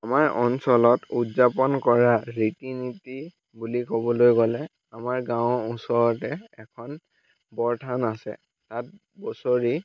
আমাৰ অঞ্চলত উদযাপন কৰা ৰীতি নীতি বুলি ক'বলৈ গ'লে আমাৰ গাঁৱৰ ওচৰতে এখন বৰথান আছে তাত বছৰি